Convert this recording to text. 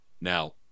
Now